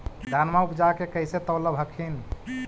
धनमा उपजाके कैसे तौलब हखिन?